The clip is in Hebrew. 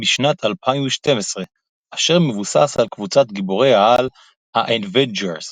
משנת 2012 אשר מבוסס על קבוצת גיבורי-העל האוונג'רס,